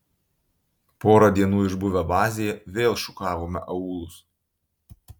porą dienų išbuvę bazėje vėl šukavome aūlus